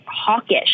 hawkish